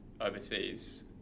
overseas